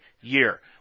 year